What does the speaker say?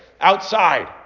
outside